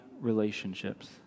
relationships